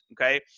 okay